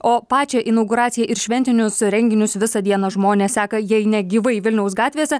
o pačią inauguraciją ir šventinius renginius visą dieną žmonės seka jei ne gyvai vilniaus gatvėse